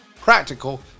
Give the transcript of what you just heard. practical